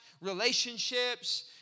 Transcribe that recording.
relationships